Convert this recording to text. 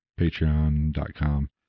patreon.com